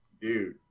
Dude